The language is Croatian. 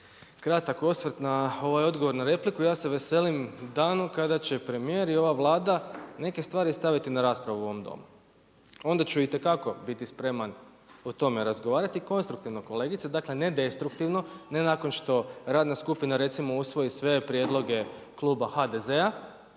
kratak osvrt na ovaj odgovor na repliku, ja se veselim danu kada će premijer i ova Vlada neke stvari staviti na raspravu u ovom domu, onda ću itekako biti spreman o tome razgovarati i konstruktivno kolegice, dakle ne destruktivno, ne nakon što radna skupina recimo usvoji sve prijedloge Kluba HDZ-a